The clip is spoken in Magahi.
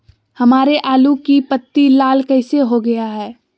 हमारे आलू की पत्ती लाल कैसे हो गया है?